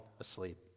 asleep